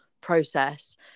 process